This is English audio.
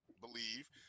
believe